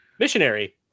missionary